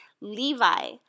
Levi